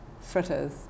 fritters